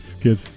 Good